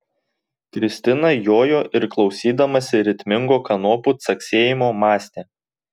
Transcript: kristina jojo ir klausydamasi ritmingo kanopų caksėjimo mąstė